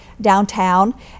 downtown